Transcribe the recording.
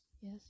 Yes